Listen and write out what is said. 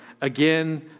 again